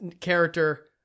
character